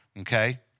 Okay